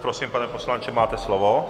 Prosím, pane poslanče, máte slovo.